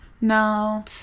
No